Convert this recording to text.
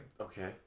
Okay